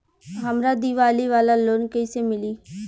हमरा दीवाली वाला लोन कईसे मिली?